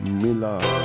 miller